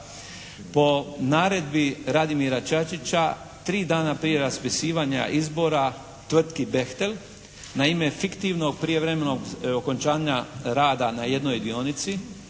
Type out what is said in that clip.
po naredbi Radimira Čačića tri dana prije raspisivanja izbora tvrtki "Bechtel" na ime fiktivnog prijevremenog okončanja rada na jednoj dionici.